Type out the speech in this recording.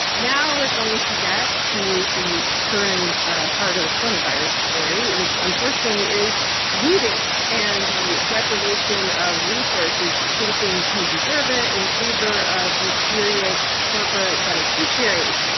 now we're going to get to the current ah heart of the coronavirus story, which unfortunately is looting and the deprivation of resources to citizens who deserve it in favor of mysterious mysterious corporate beneficiaries.